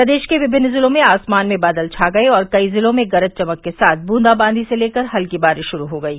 प्रदेश के विभिन्न जिलों में आसमान में बादल छा गये और कई जिलों में गरज चमक के साथ बूंदाबांदी से लेकर हल्की बारिश गुरू हो गयी